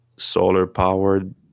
solar-powered